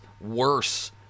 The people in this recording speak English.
worse